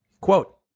Quote